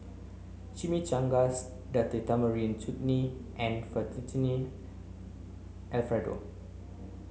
Chimichangas Date Tamarind Chutney and Fettuccine Alfredo